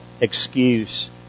excuse